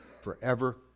forever